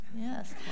Yes